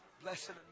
Blessed